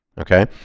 okay